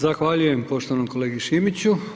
Zahvaljujem poštovanom kolegi Šimiću.